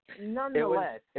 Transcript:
nonetheless